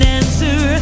answer